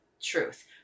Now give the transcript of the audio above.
truth